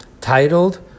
titled